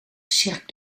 cirque